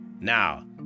Now